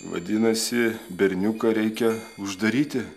vadinasi berniuką reikia uždaryti